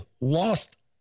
lost